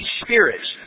spirits